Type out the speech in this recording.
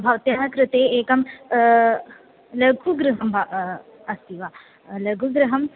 भवत्याः कृते एकं लघु गृहं वा अस्ति वा लघु गृहम्